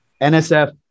NSF